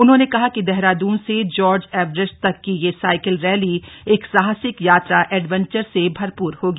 उन्होंने कहा कि देहरादून से जॉर्ज एवरेस्ट तक की यह साइकिल रैली एक साहसिक यात्रा एडवेंचर से भरपूर होगी